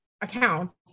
accounts